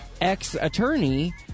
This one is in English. ex-attorney